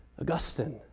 Augustine